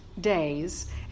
days